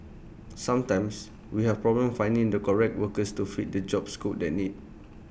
sometimes we have problems finding the correct workers to fit the job scope that need